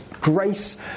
grace